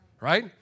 right